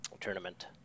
tournament